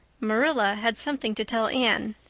marilla had something to tell anne,